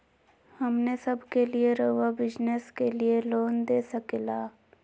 हमने सब के लिए रहुआ बिजनेस के लिए लोन दे सके ला?